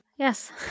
Yes